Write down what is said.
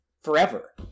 forever